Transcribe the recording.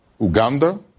Uganda